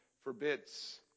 forbids